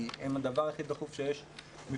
כי הם הדבר הכי דחוף שיש מבחינתנו,